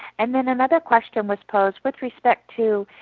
and then another question was posed with respect to,